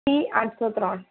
C આઠસો ત્રણ